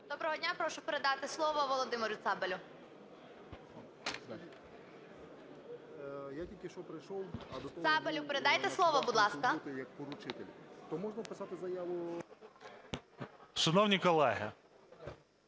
Доброго дня, прошу передати слово Володимиру Цабалю. Цабалю передайте слово, будь ласка. 12:20:41